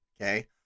okay